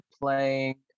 playing